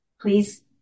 Please